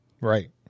Right